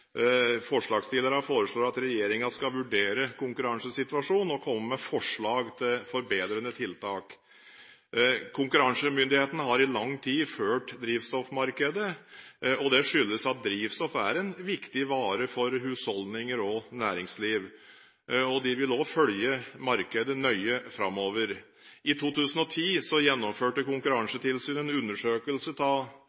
Forslagsstillerne foreslår at regjeringen skal vurdere konkurransesituasjonen og komme med forslag til forbedrende tiltak. Konkurransemyndighetene har i lang tid ført drivstoffmarkedet. Det skyldes at drivstoff er en viktig vare for husholdninger og næringsliv. De vil også følge markedet nøye framover. I 2010 gjennomførte